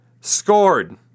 scored